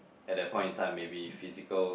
at that point in time maybe physical